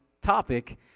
topic